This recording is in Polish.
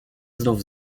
znów